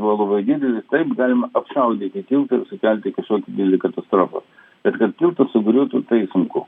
buvo labai didelis taip galima apšaudyti tiltą ir sukelti kažkokią didelę katastrofą bet kad tiltas sugriūtų tai sunku